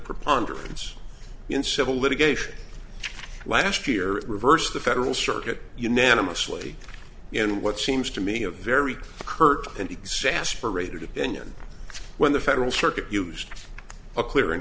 preponderance in civil litigation last year reversed the federal circuit unanimously in what seems to me a very curt and exasperated opinion when the federal circuit used a clear